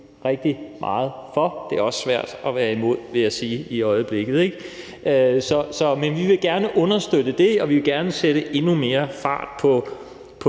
omstilling; det er også svært at være imod i øjeblikket, vil jeg sige. Vi vil gerne understøtte det, og vi vil gerne sætte endnu mere fart på